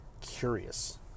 curious